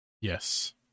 Yes